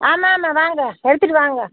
ஆமாம்மா வாங்க எடுத்துகிட்டு வாங்க